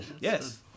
Yes